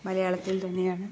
മലയാളത്തിൽ തന്നെയാണ്